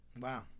Wow